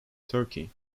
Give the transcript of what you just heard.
turkey